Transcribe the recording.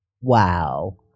Wow